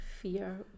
fear